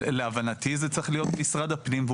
להבנתי, זה צריך להיות משרד הפנים.